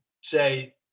say